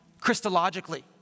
Christologically